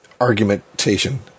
argumentation